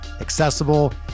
accessible